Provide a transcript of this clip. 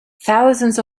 thousands